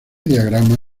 diagrama